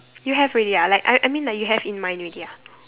you have already ah like I I mean like you have in mind already ah